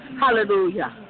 Hallelujah